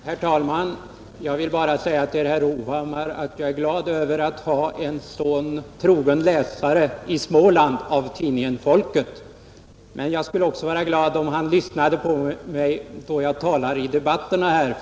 Herr talman! Jag vill bara säga till herr Hovhammar att jag är glad över att ha en sådan trogen läsare i Småland av tidningen Folket. Men jag skulle också vara glad, om han lyssnade på mig, då jag talar i debatterna här.